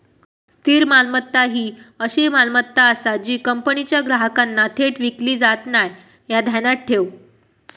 स्थिर मालमत्ता ही अशी मालमत्ता आसा जी कंपनीच्या ग्राहकांना थेट विकली जात नाय, ह्या ध्यानात ठेव